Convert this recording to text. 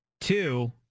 Two